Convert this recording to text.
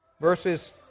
Verses